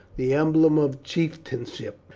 the emblem of chieftainship.